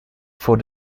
for